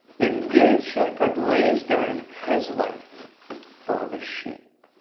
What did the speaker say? the good shepherd lays down his life for the sheep